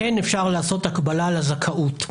כן אפשר לעשות הקבלה על הזכאות.